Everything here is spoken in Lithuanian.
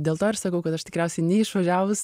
dėl to ir sakau kad aš tikriausiai nei išvažiavus